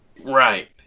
Right